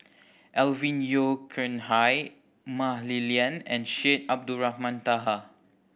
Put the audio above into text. Alvin Yeo Khirn Hai Mah Li Lian and Syed Abdulrahman Taha